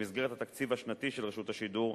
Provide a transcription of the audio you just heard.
במסגרת התקציב השנתי של רשות השידור,